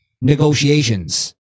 negotiations